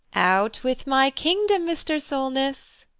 out with my kingdom, mr. solness!